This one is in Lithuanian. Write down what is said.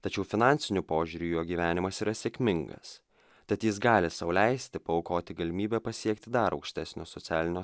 tačiau finansiniu požiūriu jo gyvenimas yra sėkmingas tad jis gali sau leisti paaukoti galimybę pasiekti dar aukštesnio socialinio